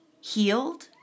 healed